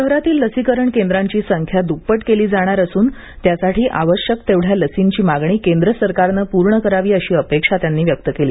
शहरातील लसीकरण केंद्रांची संख्या द्प्पट केली जाणार असून त्यासाठी आवश्यक तेवढ्या लसींची मागणी केंद्र सरकारने पूर्ण करावी अशी अपेक्षा त्यांनी व्यक्त केली